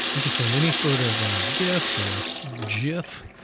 we can send any sort of a gif, or jif,